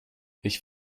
ich